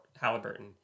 Halliburton